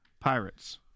Pirates